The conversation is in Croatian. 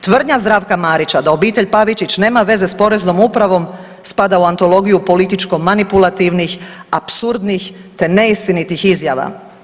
Tvrdnja Zdravka Marića da obitelj Pavičić nema veze s Poreznom upravom spada u antologiju političko-manipulativnih, apsurdnih te neistinitih izjava.